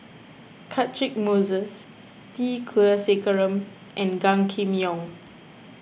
Catchick Moses T Kulasekaram and Gan Kim Yong